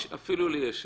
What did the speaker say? אפילו לי יש שאלות.